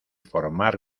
formar